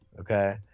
okay